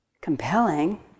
compelling